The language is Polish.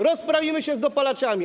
Rozprawimy się z dopalaczami.